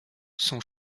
son